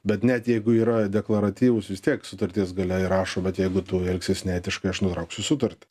bet net jeigu yra deklaratyvūs vis tiek sutarties gale įrašo vat jeigu tu elgsies neetiškai aš nutrauksiu sutartį